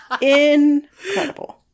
Incredible